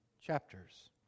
chapters